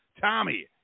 tommy